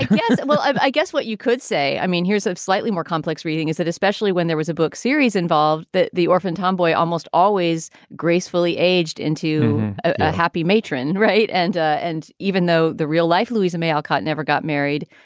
and well, i guess what you could say i mean, here's a slightly more complex reading is that especially when there was a book series involved, that the orphan tomboy almost always gracefully aged into a happy matron. right. and and even though the real life louisa may alcott never got married.